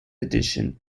edition